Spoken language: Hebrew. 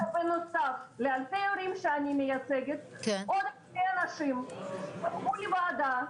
אלפי הורים שאני מייצגת עוד שני אנשים פנו לוועדה,